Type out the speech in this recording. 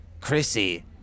Chrissy